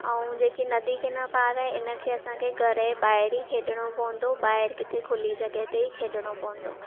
ऐं जेके नदी कीन पारि आहे इन खे असां खे घर जे ॿाहिरि ही खेॾिणो पवंदो ॿाहिरि किथे खुली जॻहि ते ई खेॾिणो पवंदो